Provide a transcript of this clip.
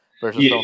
versus